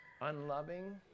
Unloving